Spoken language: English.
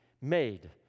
made